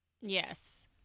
Yes